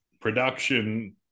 production